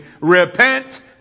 repent